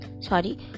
sorry